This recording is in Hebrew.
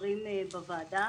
חברים בוועדה